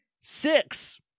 Six